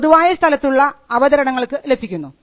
പൊതുവായ സ്ഥലത്തുള്ള അവതരണങ്ങൾക്ക് ലഭിക്കുന്നു